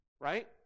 Right